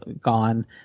gone